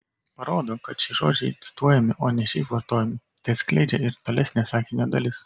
parodo kad šie žodžiai cituojami o ne šiaip vartojami tai atskleidžia ir tolesnė sakinio dalis